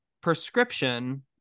prescription